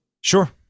Sure